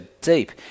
deep